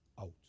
out